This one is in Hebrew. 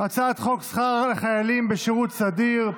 הצעת חוק שכר לחיילים בשירות סדיר,